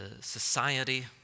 society